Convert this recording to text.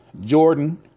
Jordan